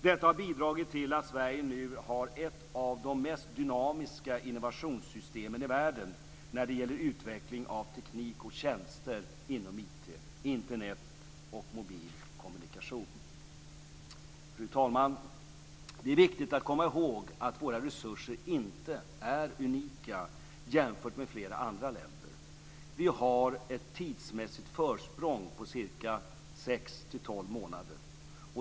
Detta har bidragit till att Sverige nu har ett av de mest dynamiska innovationssystemen i världen när det gäller utveckling av teknik och tjänster inom IT, Fru talman! Det är viktigt att komma ihåg att våra resurser inte är unika jämfört med flera andra länder. Vi har ett tidsmässigt försprång på 6-12 månader.